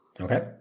Okay